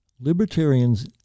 Libertarians